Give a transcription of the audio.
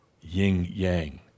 yin-yang